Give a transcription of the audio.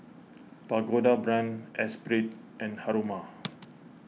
Pagoda Brand Esprit and Haruma